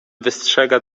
wystrzega